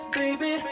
baby